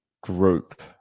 group